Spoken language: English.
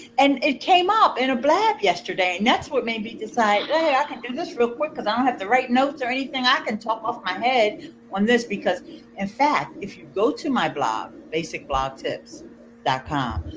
and it came up in a blab yesterday, and that's what made me decide, hey i could do this real quick because i don't have to write notes or anything. i can talk off my head on this. because in fact if you go to my blog, basic blog tips com,